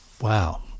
wow